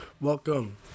welcome